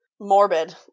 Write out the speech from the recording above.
morbid